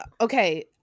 okay